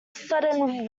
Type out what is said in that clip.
sudden